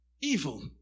evil